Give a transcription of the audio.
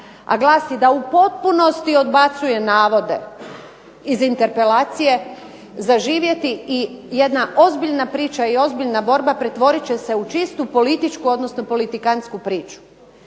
a glasi da u potpunosti odbacuje navode iz interpelacije, zaživjeti i jedna ozbiljna priča i ozbiljna borba pretvorit će se u čistu političku, odnosno politikansku priču.